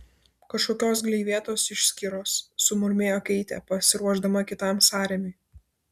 kažkokios gleivėtos išskyros sumurmėjo keitė pasiruošdama kitam sąrėmiui